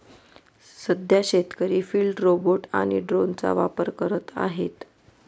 सध्या शेतकरी field robot आणि ड्रोनचा वापर करत आहेत